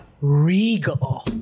regal